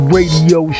Radio